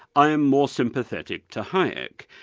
i am more sympathetic to hayek.